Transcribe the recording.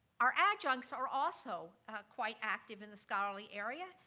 our adjuncts are also quite active in the scholarly area.